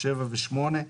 (7) ו-(8),